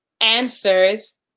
answers